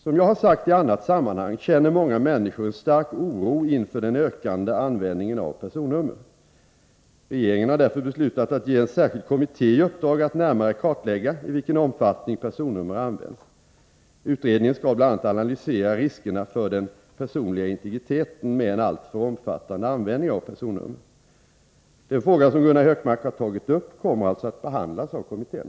Som jag har sagt i annat sammanhang känner många människor en stark oro inför den ökande användningen av personnummer. Regeringen har därför beslutat att ge en särskild kommitté i uppdrag att närmare kartlägga i vilken omfattning personnummer används. Utredningen skall bl.a. analysera riskerna för den personliga integriteten med en alltför omfattande användning av personnummer. Den fråga som Gunnar Hökmark har tagit upp kommer alltså att behandlas av kommittén.